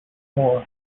more